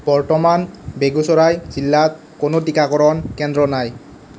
বৰ্তমান বেগুচৰাই জিলাত কোনো টিকাকৰণ কেন্দ্ৰ নাই